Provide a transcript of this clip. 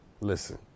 listen